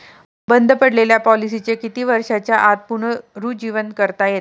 बंद पडलेल्या पॉलिसीचे किती वर्षांच्या आत पुनरुज्जीवन करता येते?